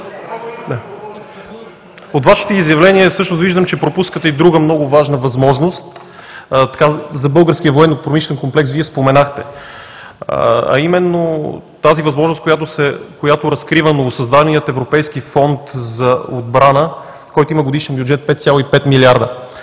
от Вашите изявления всъщност виждам, че пропускате и друга много важна възможност за българския военнопромишлен комплекс, Вие споменахте, а именно: тази възможност която разкрива новосъздаденият европейски фонд за отбрана, който има годишен бюджет 5,5 млрд.